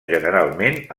generalment